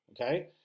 Okay